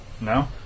No